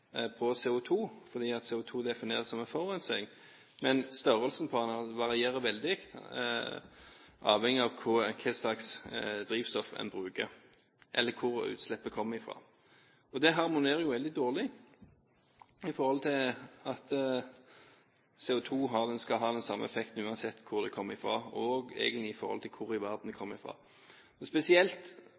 på CO2 fordi CO2 defineres som forurensing, men størrelsen på den varierer veldig, avhengig av hva slags drivstoff en bruker, eller hvor utslippet kommer fra. Det harmonerer jo veldig dårlig med at CO2 skal ha den samme effekten uansett hvor det kommer fra, og egentlig i forhold til hvor i verden det kommer fra. Spesielt